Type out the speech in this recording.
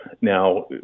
Now